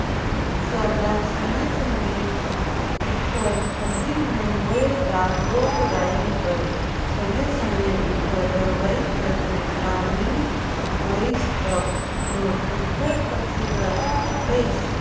सरलग समे समे उपर फसिल में होए दार रोग राई बर समे समे उपर दवई कर छिड़काव नी होइस तब दो सुग्घर फसिल हर गइस